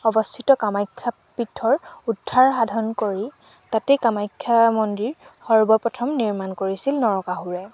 অৱস্থিত কামাখ্যা পীঠৰ উদ্ধাৰ সাধন কৰি তাতে কামাখ্যা মন্দিৰ সৰ্বপ্ৰথম নিৰ্মাণ কৰিছিল নৰকাসুৰে